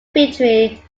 victory